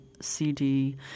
CD